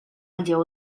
lleó